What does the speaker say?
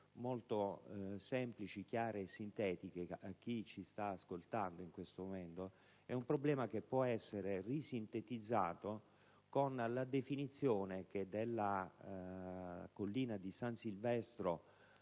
molto semplici, chiare e sintetiche, a chi ci sta ascoltando in questo momento. Un problema che può essere sintetizzato con la definizione che della collina di San Silvestro